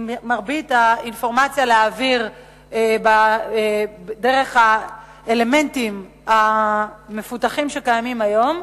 להעביר את מרבית האינפורמציה דרך האלמנטים המפותחים שקיימים היום,